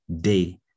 day